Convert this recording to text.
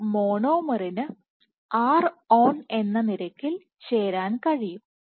ഒരു മോണോമറിന് ron എന്ന നിരക്കിൽ ചേരാൻ കഴിയും